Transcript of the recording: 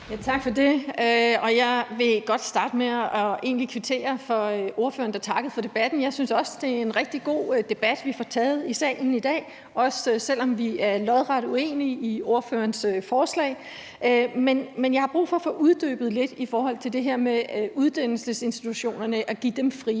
Tak for det. Jeg vil egentlig godt starte med at kvittere for, at ordføreren takkede for debatten. Jeg synes også, at det er en rigtig god debat, vi har fået taget i salen i dag, også selv om vi er lodret uenige i forslagsstillernes forslag. Men jeg har brug for at få det uddybet lidt i forhold til det her med uddannelsesinstitutionerne og det med at give dem frie